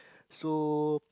so